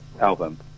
album